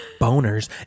boners